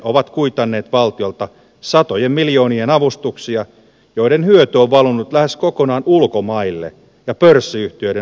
ovat kuitanneet valtiolta satojen miljoonien avustuksia joiden hyöty on valunut lähes kokonaan ulkomaille ja pörssiyhtiöiden omistajien taskuun